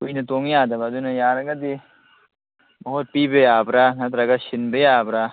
ꯀꯨꯏꯅ ꯇꯣꯡ ꯌꯥꯗꯕ ꯑꯗꯨꯅ ꯌꯥꯔꯒꯗꯤ ꯃꯍꯨꯠ ꯄꯤꯕ ꯌꯥꯕꯔꯥ ꯅꯠꯇ꯭ꯔꯒ ꯁꯤꯟꯕ ꯌꯥꯕꯔꯥ